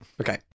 okay